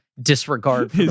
Disregard